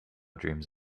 dreams